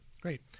Great